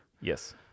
Yes